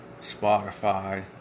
Spotify